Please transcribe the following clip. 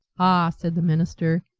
ah, said the minister,